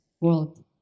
world